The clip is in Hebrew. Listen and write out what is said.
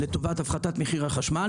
לטובת הפחתת מחיר החשמל,